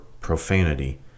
profanity